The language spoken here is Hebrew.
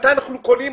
מתי אנחנו קונים,